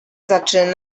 zaczy